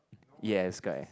yes correct